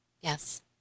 Yes